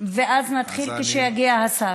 ואז נתחיל כשיגיע השר.